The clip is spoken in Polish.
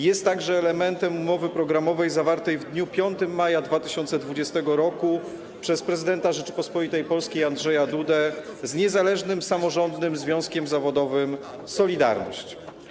Jest także elementem umowy programowej zawartej w dniu 5 maja 2020 r. przez prezydenta Rzeczypospolitej Polskiej Andrzeja Dudę z Niezależnym Samorządnym Związkiem Zawodowym „Solidarność”